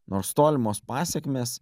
nors tolimos pasekmės